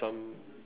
some